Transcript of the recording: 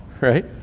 right